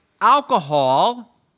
alcohol